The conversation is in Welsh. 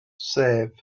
sef